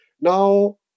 Now